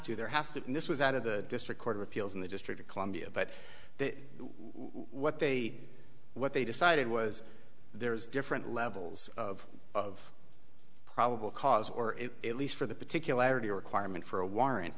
to there has to this was out of the district court of appeals in the district of columbia but what they what they decided was there is different levels of of probable cause or at least for the particularity a requirement for a warrant